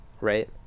right